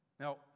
Now